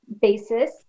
basis